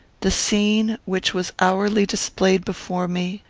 the scene which was hourly displayed before me,